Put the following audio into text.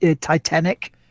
Titanic